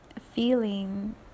feeling